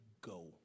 go